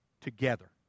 together